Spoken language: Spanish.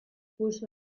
puso